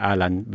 Alan